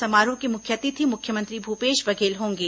समारोह के मुख्य अतिथि मुख्यमंत्री भूपेश बघेल होंगे